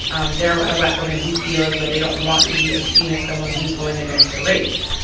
um there are a lot of black women who feel as though they don't want to be seen as someone who is going against their race